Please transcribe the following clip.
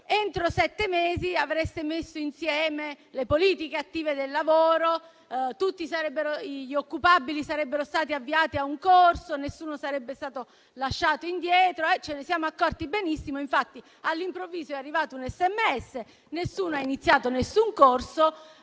entro sette mesi avreste messo insieme le politiche attive del lavoro, che gli occupabili sarebbero stati avviati a un corso e che nessuno sarebbe stato lasciato indietro. Ce ne siamo accorti benissimo, infatti all'improvviso è arrivato uno SMS, nessuno ha iniziato alcun corso,